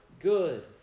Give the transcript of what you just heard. good